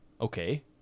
okay